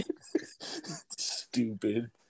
stupid